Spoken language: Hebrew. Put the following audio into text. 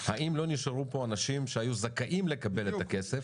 האם לא נשארו פה אנשים שהיו זכאים לקבל את הכסף